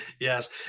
Yes